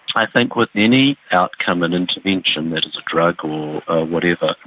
i think with any outcome and intervention that is a drug or whatever,